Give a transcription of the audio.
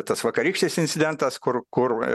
tas vakarykštis incidentas kur kur